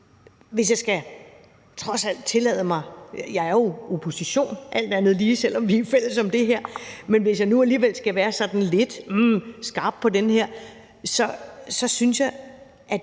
hvis jeg trods alt skal tillade mig – jeg er jo i opposition, alt andet lige, selv om vi er fælles om det her – alligevel at være sådan lidt skarp på den her, så synes jeg, at